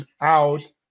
out